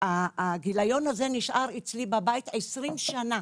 הגיליון הזה נשאר אצלי בבית 20 שנה.